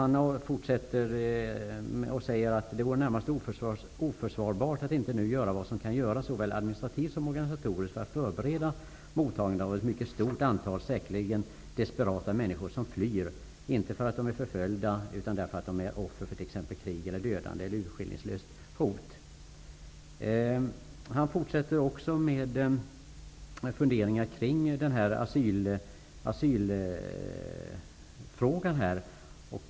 Han fortsätter med att skriva: ''Det vore närmast oförsvarbart att inte nu göra vad som kan göras såväl administrativt som organisatoriskt för att förbereda mottagandet av ett mycket stort antal, säkerligen desperata människor som flyr inte därför att de ------ är förföljda utan därför att de är offer för t.ex. ett krig där dödandet sker urskillningslöst''. Han fortsätter vidare med funderingar kring asylfrågan.